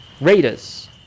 Raiders